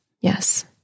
Yes